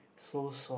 so soft